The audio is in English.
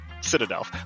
citadel